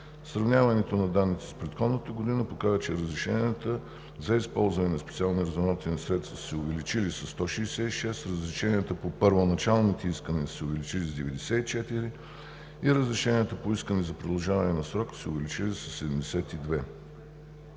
Сравняването на данните с предходната година показва, че разрешенията за използване на специални разузнавателни средства са се увеличили със 166, разрешенията по първоначалните искания са се увеличили с 94 и разрешенията по искания за продължаване на срока са се увеличили със 72.